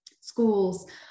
schools